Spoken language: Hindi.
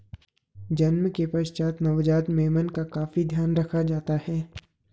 जन्म के पश्चात नवजात मेमने का काफी ध्यान रखा जाता है